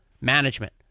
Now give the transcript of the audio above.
Management